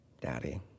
Daddy